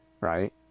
right